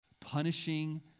punishing